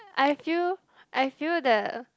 I feel I feel that